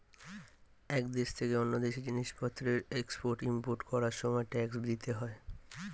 এক দেশ থেকে অন্য দেশে জিনিসপত্রের এক্সপোর্ট ইমপোর্ট করার সময় ট্যাক্স দিতে হয়